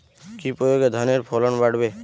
কি প্রয়গে ধানের ফলন বাড়বে?